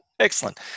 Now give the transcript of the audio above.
Excellent